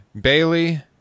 Bailey